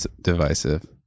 divisive